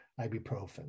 ibuprofen